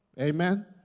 Amen